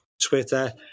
Twitter